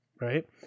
Right